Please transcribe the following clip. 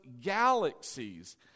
galaxies